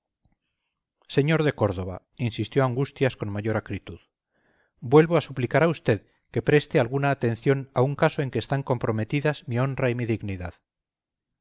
señor de córdoba insistió angustias con mayor acritud vuelvo a suplicar a usted que preste alguna atención a un caso en que están comprometidas mi honra y mi dignidad